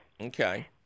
Okay